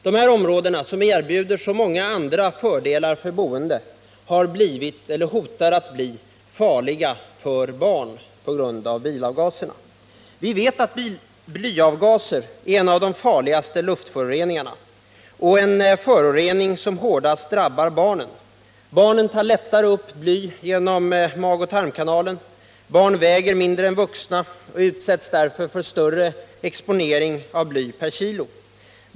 Dessa områden, som erbjuder så många fördelar för de boende, har blivit eller hotar att bli farliga för barnen på grund av bilavgaserna. Vi vet att blyet i bilavgaserna utgör en av de farligaste luftföroreningarna och att det är barnen som hårdast drabbas av denna förorening. Barnen tar lättare upp bly genom magoch tarmkanalen. De väger mindre än vuxna och uppvisar därför större mängder bly per kilo kroppsvikt.